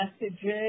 messages